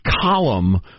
column